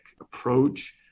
approach